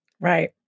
Right